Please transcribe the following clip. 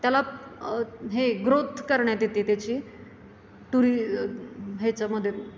त्याला हे ग्रोथ करण्यात येते त्याची टुरी ह्याच्यामध्ये